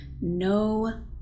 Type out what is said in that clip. no